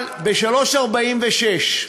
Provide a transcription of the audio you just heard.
אבל ב-03:46,